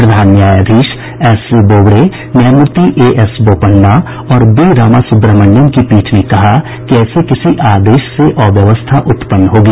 प्रधान न्यायाधीश S A Bobde न्यायामूर्ति A S Bopanna और वी रामासुब्रह्मण्यम की पीठ ने कहा कि ऐसे किसी आदेश से अव्यवस्था उत्पन्न होगी